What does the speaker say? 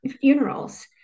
funerals